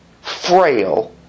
frail